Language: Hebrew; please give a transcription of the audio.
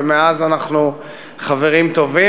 ומאז אנחנו חברים טובים.